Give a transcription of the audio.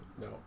No